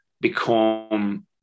become